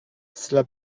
cela